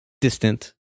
distant